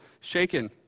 shaken